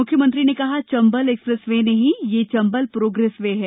मुख्यमंत्री ने कहा चंबल एक्सप्रेस वे नहीं यह चंबल प्रोगेस वे है